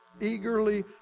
eagerly